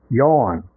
yawn